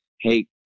hey